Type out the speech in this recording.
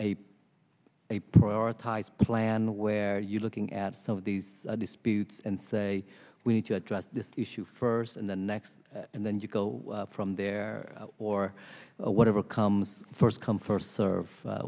a a prioritized plan where you looking at some of these disputes and say we need to address this issue first and then next and then you go from there or whatever comes first come first serve